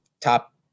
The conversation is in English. top